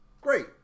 great